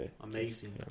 Amazing